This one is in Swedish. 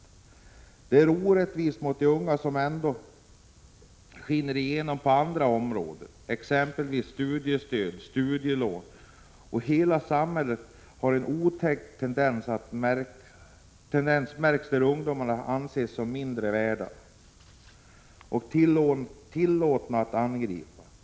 Det är en orättvisa mot de unga, vilken skiner igenom också på andra områden, exempelvis när det gäller studiestöd och studielån. I hela samhället kan en otäck tendens märkas, där ungdomarna anses som ”mindre värda” och tillåtna att angripa.